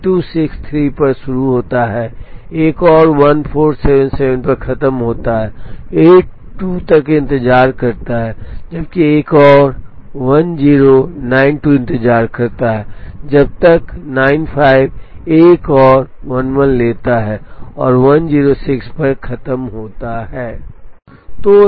J2 63 पर शुरू होता है एक और 14 77 पर खत्म होता है 82 तक इंतजार करता है जबकि एक और 1092 इंतजार करता है जब तक 95 एक और 11 लेता है और 106 पर खत्म होता है